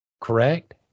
Correct